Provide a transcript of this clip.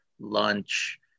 lunch